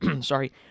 sorry